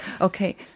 okay